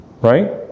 Right